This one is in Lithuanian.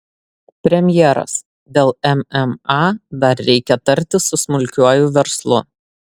premjeras dėl mma dar reikia tartis su smulkiuoju verslu